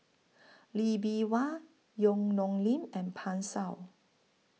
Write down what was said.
Lee Bee Wah Yong Nyuk Lin and Pan Shou